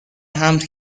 حمل